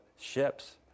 ships